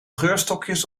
geurstokjes